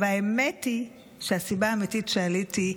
האמת היא שהסיבה האמיתית שעליתי,